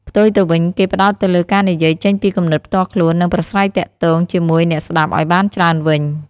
ផ្ទុយទៅវិញ គេផ្តោតទៅលើការនិយាយចេញពីគំនិតផ្ទាល់ខ្លួន និងប្រាស្រ័យទាក់ទងជាមួយអ្នកស្ដាប់ឱ្យបានច្រើនវិញ។